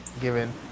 given